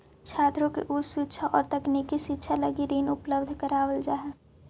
छात्रों के उच्च शिक्षा औउर तकनीकी शिक्षा के लगी ऋण उपलब्ध करावल जाऽ हई